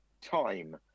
Time